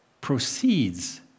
proceeds